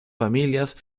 familias